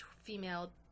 female